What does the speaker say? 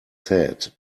said